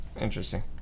interesting